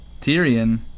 Tyrion